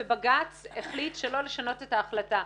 ובג"ץ החליט שלא לשנות את החלטה.